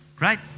Right